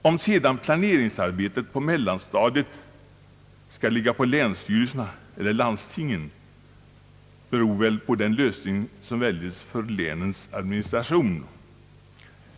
Om sedan planeringsarbetet på mellanstadiet skall ligga på länsstyrelserna eller landstingen beror väl på den lösning som väljes för länens administration.